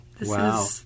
Wow